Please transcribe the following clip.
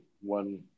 one